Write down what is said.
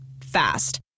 Fast